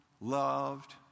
loved